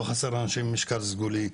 לא חסר אנשים עם משקל סגולי,